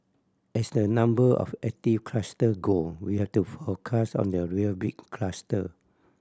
as the number of active cluster go we have to focus on the real big cluster